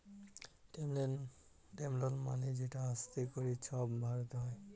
term লল মালে যেট আস্তে ক্যরে ছব ভরতে হ্যয়